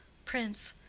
prince.